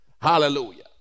Hallelujah